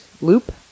loop